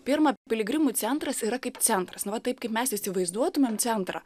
pirma piligrimų centras yra kaip centras nu va taip kaip mes įsivaizduotumėm centrą